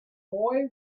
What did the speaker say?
boy